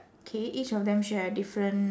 K each of them share a different